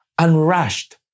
unrushed